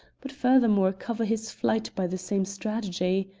but furthermore cover his flight by the same strategy.